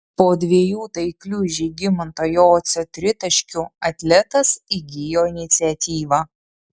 po dviejų taiklių žygimanto jocio tritaškių atletas įgijo iniciatyvą